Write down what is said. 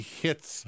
hits